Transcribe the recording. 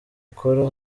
akora